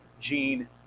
Gene